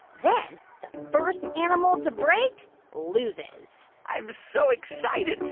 then the first animal to break loses i'm so excited.